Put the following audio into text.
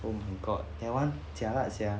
oh my god that [one] jialat sia